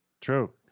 true